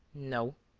no.